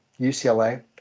UCLA